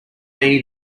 beanie